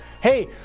Hey